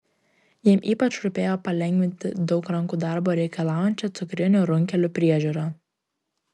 jam ypač rūpėjo palengvinti daug rankų darbo reikalaujančią cukrinių runkelių priežiūrą